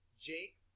Jake